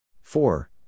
four